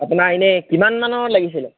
আপোনাৰ এনেই কিমান মানৰ লাগিছিলে